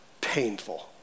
painful